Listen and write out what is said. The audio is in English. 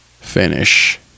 Finish